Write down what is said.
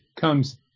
comes